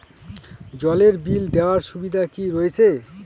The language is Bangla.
জলের বিল দেওয়ার সুবিধা কি রয়েছে?